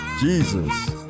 Jesus